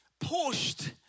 pushed